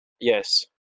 yes